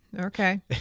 okay